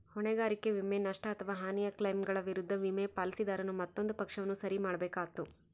ಹೊಣೆಗಾರಿಕೆ ವಿಮೆ, ನಷ್ಟ ಅಥವಾ ಹಾನಿಯ ಕ್ಲೈಮ್ಗಳ ವಿರುದ್ಧ ವಿಮೆ, ಪಾಲಿಸಿದಾರನು ಮತ್ತೊಂದು ಪಕ್ಷವನ್ನು ಸರಿ ಮಾಡ್ಬೇಕಾತ್ತು